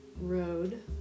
road